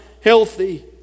healthy